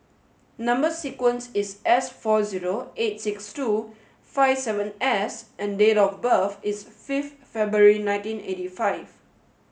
number sequence is S four zero eight six two five seven S and date of birth is fifth February nineteen eightyfive